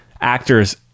actors